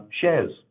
shares